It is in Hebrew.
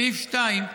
סעיף 2,